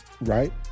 Right